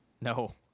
No